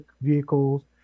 vehicles